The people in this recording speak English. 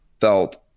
felt